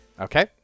Okay